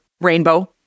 rainbow